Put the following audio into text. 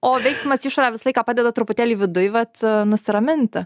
o veiksmas į išorę visą laiką padeda truputėlį viduj vat nusiraminti